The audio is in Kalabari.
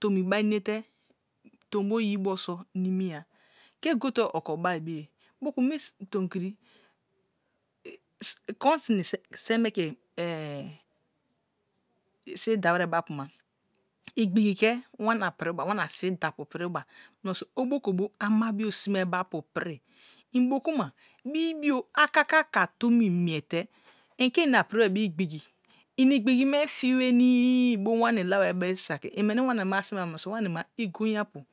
bomi bai maute tombo iyibo so mimic ke gote oko bai beye mokal mi tonkiri kon simi se me ke sibi daweé be apuma igbigi ke wana piriba wana sibi dapu piriba munoso obo kebo ámà bio simé be apu pri imbo kruma bebis aha kaka tomi multe inte ina pro wise bre igbig, ini gbigi me fi wenii bo wana lai wai saki iweir wanima si̱n ba muno so̱ wani ma igoin apu.